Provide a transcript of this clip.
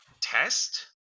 test